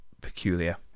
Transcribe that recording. peculiar